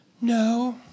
no